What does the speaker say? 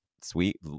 sweet